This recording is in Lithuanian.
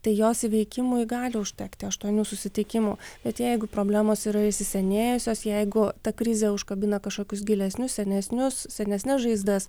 tai jos įveikimui gali užtekti aštuonių susitikimų bet jeigu problemos yra įsisenėjusios jeigu ta krizė užkabina kažkokius gilesnius senesnius senesnes žaizdas